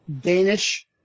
Danish